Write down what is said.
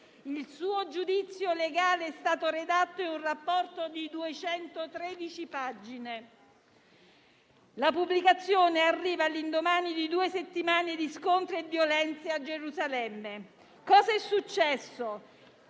il suo giudizio legale è stato redatto in un rapporto di 213 pagine; la pubblicazione arriva all'indomani di due settimane di scontri e violenze a Gerusalemme. Cosa è successo